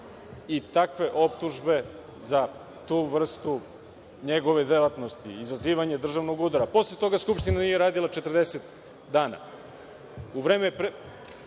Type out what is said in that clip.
i takve optužbe za tu vrstu njegove delatnosti – izazivanje državnog udara. Posle toga Skupština nije radila 40 dana.